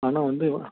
ஆனால் வந்து